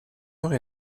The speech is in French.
eure